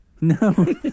No